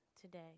today